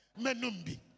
Menumbi